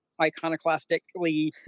iconoclastically